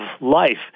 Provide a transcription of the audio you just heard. life